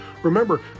Remember